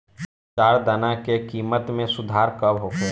चारा दाना के किमत में सुधार कब होखे?